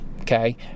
okay